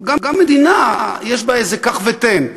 גם מדינה יש בה איזה קח ותן.